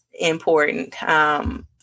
important